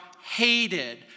hated